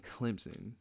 Clemson